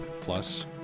Plus